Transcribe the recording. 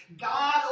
God